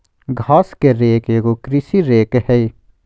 घास के रेक एगो कृषि रेक हइ